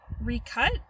recut